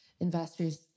investors